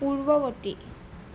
পূৰ্ৱবৰ্তী